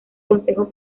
consejo